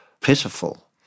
pitiful